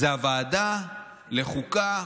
זו הוועדה לחוקה,